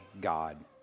God